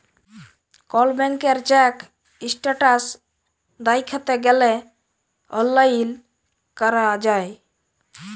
call ব্যাংকের check status দ্যাইখতে গ্যালে অললাইল ক্যরা যায়